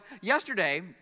yesterday